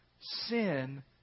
Sin